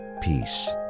peace